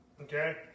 okay